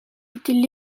étaient